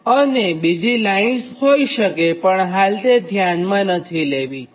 તમારે બીજી લાઇંસ હોઇ શકેપણ હાલ તે ધ્યાનમાં લેવાની નથી